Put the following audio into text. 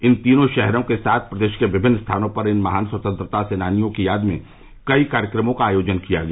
इन तीनों शहरों के साथ प्रदेश के विभिन्न स्थानों पर इन महान स्वतंत्रता सेनानियों की याद में कई कार्यक्रमों का आयोजन किया गया